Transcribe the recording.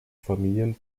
familien